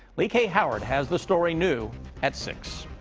lee k. howard has the story. new at six.